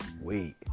Wait